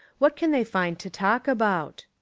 what can they find to talk about?